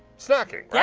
snacking.